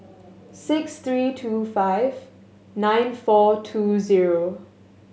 six three two five nine four two zero